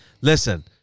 Listen